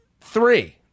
three